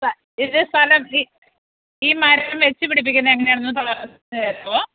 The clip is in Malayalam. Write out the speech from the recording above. ഇത് സ്ഥലം ഈ മരം വച്ചുപിടിപ്പിക്കുന്നതെങ്ങനാണെന്നു പറഞ്ഞുതരാവോ